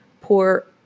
poor